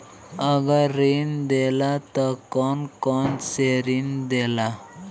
अगर ऋण देला त कौन कौन से ऋण देला?